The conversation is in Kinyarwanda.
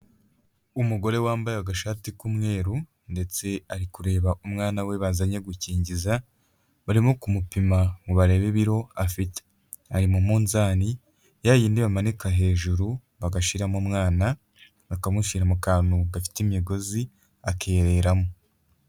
Umugore wambaye agashati k'umweru ndetse ari kureba umwana we bazanye gukingiza, barimo kumupima ngo barebe ibiro afite ari mu munzani ya yindi bamanika hejuru bagashiramo umwana bakamushyira mu kantu gafite imigozi akereramo.